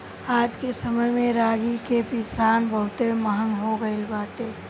आजके समय में रागी के पिसान बहुते महंग हो गइल बाटे